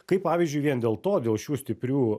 kaip pavyzdžiui vien dėl to dėl šių stiprių